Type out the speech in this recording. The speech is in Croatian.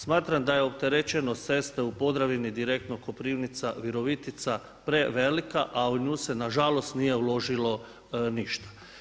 Smatram da je opterećenost ceste u Podravini, direktno Koprivnica – Virovitica prevelika, a u nju se na žalost nije uložilo ništa.